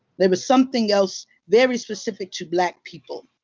there was something else, very specific to black people.